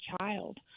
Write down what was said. child